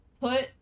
put